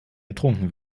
getrunken